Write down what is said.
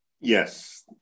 Yes